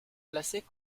placés